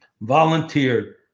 volunteered